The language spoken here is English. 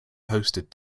hosted